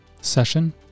session